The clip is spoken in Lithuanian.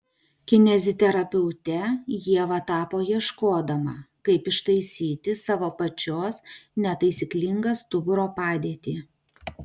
kineziterapeute ieva tapo ieškodama kaip ištaisyti savo pačios netaisyklingą stuburo padėtį